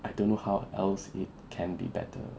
I don't know how else it can be better